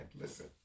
Listen